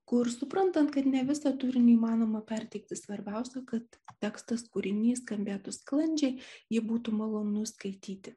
kur suprantant kad ne visą turinį įmanoma perteikti svarbiausia kad tekstas kūrinys skambėtų sklandžiai jį būtų malonu skaityti